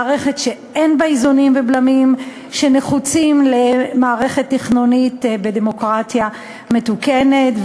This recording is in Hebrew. מערכת שאין בה איזונים ובלמים שנחוצים למערכת תכנונית בדמוקרטיה מתוקנת,